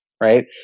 right